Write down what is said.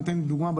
לדוגמה,